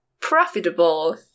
profitable